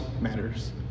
matters